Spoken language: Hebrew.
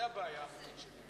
זו הבעיה שלי.